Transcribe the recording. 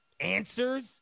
Answers